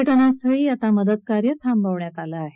घटना स्थळी आता मदतकार्य थांबवण्यात आलं आहे